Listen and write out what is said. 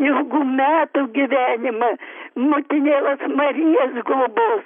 ilgų metų gyvenimą motinėlas marijas globos